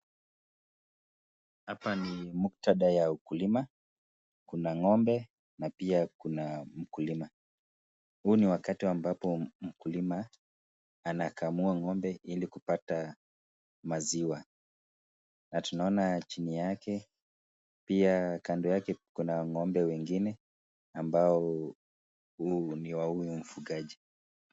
Hapa ni muktadha ya ukulima, kuna ng'ombe na pia kuna mkulima. Huu ni wakatu ambapo mkulima anakamua ng'ombe ili kupata maziwa, na tunaona chini yake pia kando yake kuna ng'ombe wengine ambao huu ni wa huyu mfugaji.